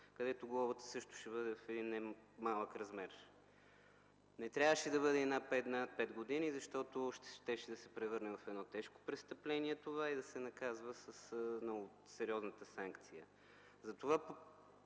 където глобата също ще бъде в един не малък размер. Не трябваше да бъде и над 5 години, защото това щеше да се превърне в едно тежко престъпление и да се наказва със сериозна санкция. Затова